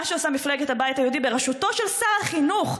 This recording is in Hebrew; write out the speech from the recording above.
מה שעושה מפלגת הבית היהודי בראשותו של שר החינוך,